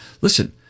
listen